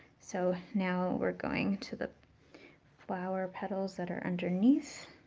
so now we're going to the flower petals that are underneath